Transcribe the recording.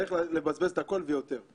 צריך לבזבז את הכול ויותר.